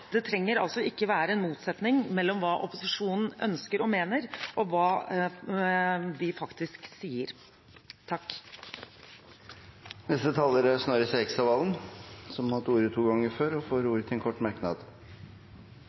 Det trenger altså ikke være en motsetning mellom hva opposisjonen ønsker og mener, og hva vi faktisk sier. Representanten Snorre Serigstad Valen har hatt ordet to ganger tidligere og får ordet til en kort merknad,